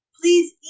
please